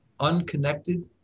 unconnected